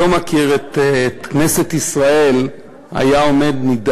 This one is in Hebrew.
שלא מכיר את כנסת ישראל היה מגיע לפה,